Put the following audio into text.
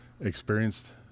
experienced